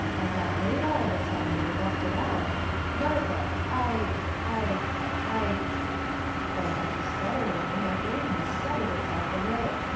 i got brave all of a sudden, and busted out martha, i i i but i got to stuttering, and my braveness stuttered itself away.